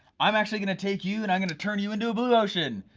i'm actually gonna take you and i'm gonna turn you into a blue ocean,